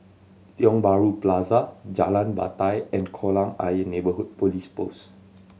Tiong Bahru Plaza Jalan Batai and Kolam Ayer Neighbourhood Police Post